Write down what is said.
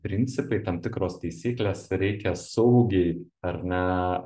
principai tam tikros taisyklės reikia saugiai ar ne